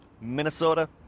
Minnesota